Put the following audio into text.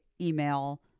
email